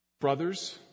Brothers